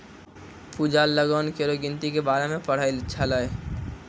पूजा लगान केरो गिनती के बारे मे पढ़ै छलै